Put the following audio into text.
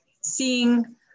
seeing